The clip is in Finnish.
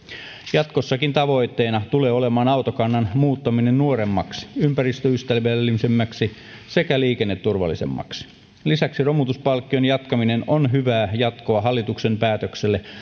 jatkossakin tavoitteena tulee olemaan autokannan muuttaminen nuoremmaksi ympäristöystävällisemmäksi sekä liikenneturvallisemmaksi lisäksi romutuspalkkion jatkaminen on hyvää jatkoa hallituksen päätökselle